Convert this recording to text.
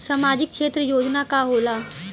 सामाजिक क्षेत्र योजना का होला?